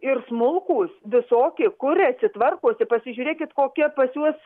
ir smulkūs visoki kuriasi tvarkosi pasižiūrėkit kokia pas juos